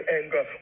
anger